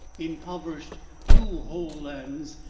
impoverished two whole lands,